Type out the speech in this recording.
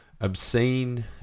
obscene